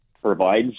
provides